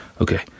okay